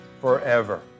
forever